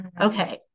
Okay